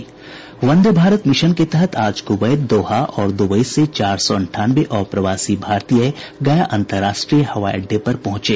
वंदे Bharat mission के तहत आज कुवैत दोहा और दुबई से चार सौ अंठानवे अप्रवासी भारतीय गया अन्तर्राष्ट्रीय हवाई अड्डे पर पहुंचे